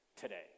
today